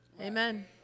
Amen